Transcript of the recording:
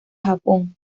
japón